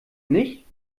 nicht